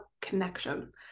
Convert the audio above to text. connection